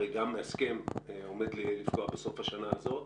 הרי גם ההסכם עומד לפקוע בסוף השנה הזאת